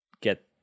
get